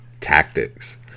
tactics